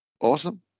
Awesome